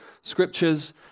scriptures